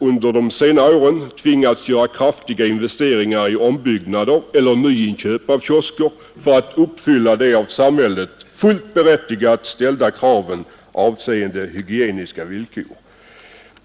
under senare år har tvingats göra kraftiga investeringar i ombyggnader eller nyinköp av kiosker för att uppfylla samhällets fullt berättigade krav avseende hygieniska och sanitära förhållanden.